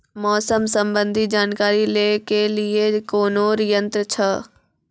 मौसम संबंधी जानकारी ले के लिए कोनोर यन्त्र छ?